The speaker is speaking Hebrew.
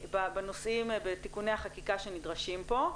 בתיקוני החקיקה שנדרשים פה.